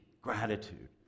gratitude